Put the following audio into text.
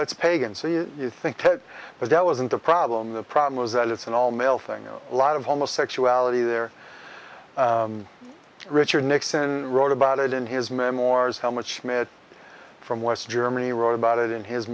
it's pagan so you think ted but that wasn't the problem the problem is that it's an all male thing a lot of homosexuality there richard nixon wrote about it in his memoirs how much mitt from west germany wrote about it in his